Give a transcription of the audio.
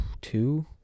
two